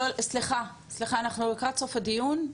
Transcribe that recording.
סליחה, אנחנו לקראת סוף הדיון,